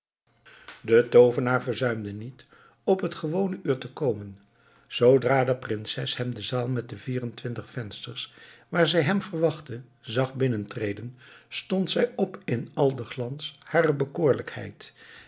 de toovenaar verzuimde niet op het gewone uur te komen zoodra de prinses hem de zaal met de vier en twintig vensters waar zij hem verwachtte zag binnentreden stond zij op in al den glans harer